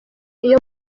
iyo